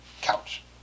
Couch